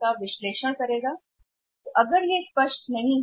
तो अगर यह नहीं है स्पष्ट रूप से बताया गया है कि प्राप्य खातों का गठन क्या है